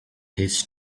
his